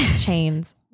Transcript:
chains